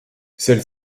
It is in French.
celle